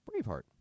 Braveheart